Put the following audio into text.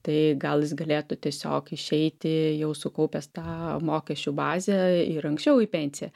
tai gal jis galėtų tiesiog išeiti jau sukaupęs tą mokesčių bazę ir anksčiau į pensiją